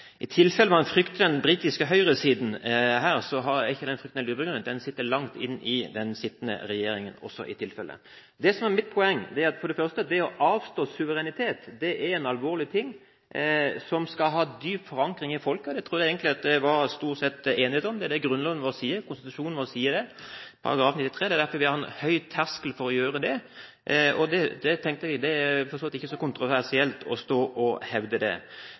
den sitter i tilfelle langt inn også i den sittende regjeringen. Mitt poeng er for det første at det å avstå suverenitet, er en alvorlig ting som skal ha dyp forankring i folket. Det trodde jeg egentlig det stort sett var enighet om. Det er det Grunnloven vår sier, det er det konstitusjonen vår sier – paragraf 93. Det er derfor vi har en høy terskel for å gjøre det, og jeg tenkte for så vidt at det ikke var så kontroversielt å hevde det. Så til dette med politisk integrasjon i EU. Jeg sa at jeg var skeptisk når utenriksministeren sier det